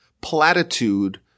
platitude